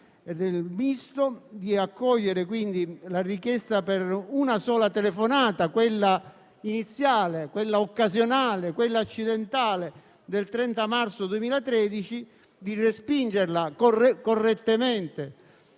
nel senso di accogliere quindi la richiesta per una sola telefonata, quella iniziale, quella occasionale, quella accidentale del 30 marzo 2013, e di respingerla correttamente